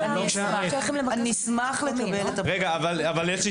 אני אשמח לקבל את הרשימה.